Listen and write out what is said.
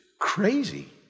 crazy